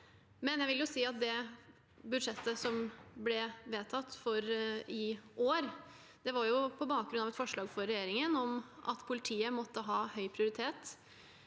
til. Jeg vil si at det budsjettet som ble vedtatt for i år, var på bakgrunn av et forslag fra regjeringen om at politiet måtte ha høy prioritet,